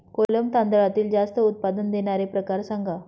कोलम तांदळातील जास्त उत्पादन देणारे प्रकार सांगा